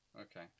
okay